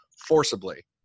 forcibly